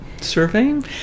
surveying